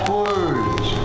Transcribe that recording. words